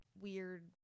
weird